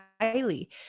highly